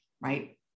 right